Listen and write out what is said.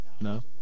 No